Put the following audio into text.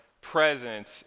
present